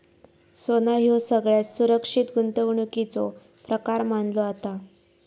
सोना ह्यो सगळ्यात सुरक्षित गुंतवणुकीचो प्रकार मानलो जाता